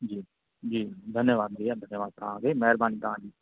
जी जी धन्यवादु भैया धन्यवादु तव्हांखे महिरबानी तव्हांजी